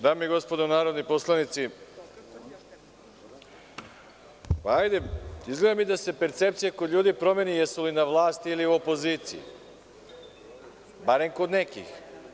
Dame i gospodo narodni poslanici, izgleda mi da se percepcija kod ljudi promeni jesu li na vlasti ili opoziciji, barem kod nekih.